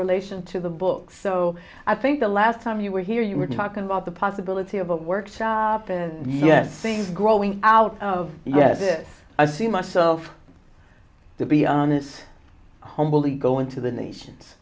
relation to the book so i think the last time you were here you were talking about the possibility of a workshop and yet seeing growing out of this i see myself to be honest humbly going to the nation